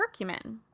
curcumin